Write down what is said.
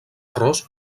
errors